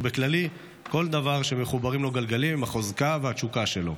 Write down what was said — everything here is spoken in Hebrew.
ובכללי כל דבר שמחוברים אליו גלגלים הוא החוזקה והתשוקה שלו.